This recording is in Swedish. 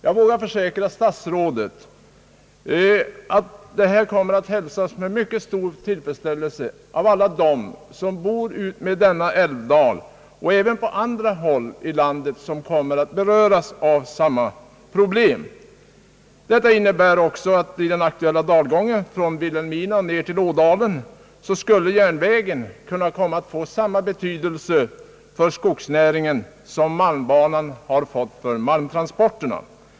Jag vågar försäkra statsrådet att beskedet kommer att hälsas med stor glädje av alla som bor utmed denna älvdal och även av alla på andra håll i landet som kommer att beröras av samma problem. I den aktuella dalgången från Vilhelmina ned till Ådalen skulle järnvägen kunna få samma betydelse för skogsnäringen som malmbanan fått för malmtransporterna.